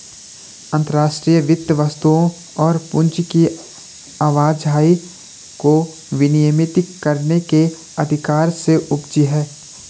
अंतर्राष्ट्रीय वित्त वस्तुओं और पूंजी की आवाजाही को विनियमित करने के अधिकार से उपजी हैं